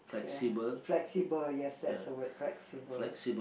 ya flexible yes that's the word flexible